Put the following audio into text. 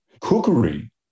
Cookery